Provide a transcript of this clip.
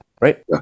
right